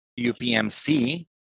UPMC